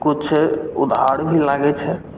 किछु उधार भी लागै छै